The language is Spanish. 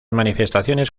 manifestaciones